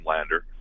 Lander